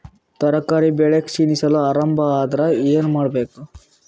ತರಕಾರಿ ಬೆಳಿ ಕ್ಷೀಣಿಸಲು ಆರಂಭ ಆದ್ರ ಏನ ಮಾಡಬೇಕು?